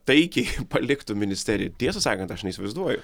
taikiai paliktų ministeriją tiesą sakant aš neįsivaizduoju